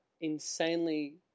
insanely